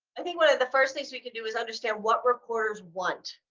i think one of the first things we can do is understand what reporters want,